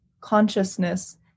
consciousness